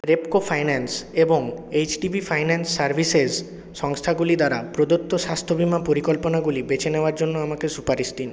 Repco finance এবং HDB finance services সংস্থাগুলি দ্বারা প্রদত্ত স্বাস্থ্য বিমা পরিকল্পনাগুলি বেছে নেওয়ার জন্য আমাকে সুপারিশ দিন